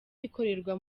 ikorerwa